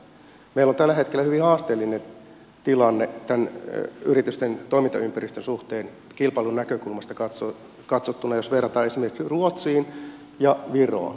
meillä on tällä hetkellä hyvin haasteellinen tilanne yritysten toimintaympäristön suhteen kilpailun näkökulmasta katsottuna jos verrataan esimerkiksi ruotsiin ja viroon